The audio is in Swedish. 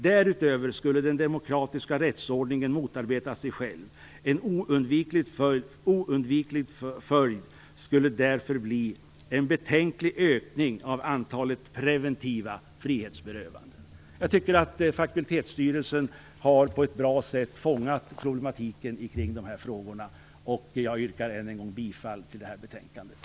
Därutöver skulle den demokratiska rättsordningen motarbeta sig själv; en oundviklig följd skulle därför bli en betänklig ökning av antalet preventiva frihetsberövanden. Jag tycker att fakultetsstyrelsen på ett bra sätt har fångat problematiken kring dessa frågor. Jag yrkar än en gång bifall till utskottets hemställan.